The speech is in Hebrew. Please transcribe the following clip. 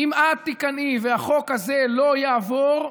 אם את תיכנעי והחוק הזה לא יעבור,